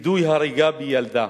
וידוא הריגה בילדה,